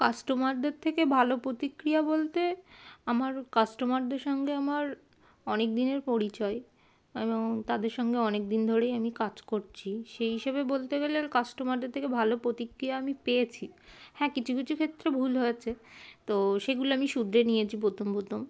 কাস্টমারদের থেকে ভালো প্রতিক্রিয়া বলতে আমার কাস্টমারদের সঙ্গে আমার অনেক দিনের পরিচয় এবং তাদের সঙ্গে অনেক দিন ধরেই আমি কাজ করছি সেই হিসেবে বলতে গেলে কাস্টমারদের থেকে ভালো প্রতিক্রিয়া আমি পেয়েছি হ্যাঁ কিছু কিছু ক্ষেত্রে ভুল হয়েছে তো সেগুলো আমি সুধরে নিয়েছি প্রথম প্রথম